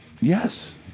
Yes